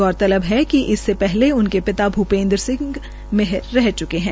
गौरतलब है कि इससे पहले उनके पिता भूपेन्द्र सिंह मेयर रह च्के है